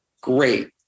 great